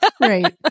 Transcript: Right